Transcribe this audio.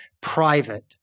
private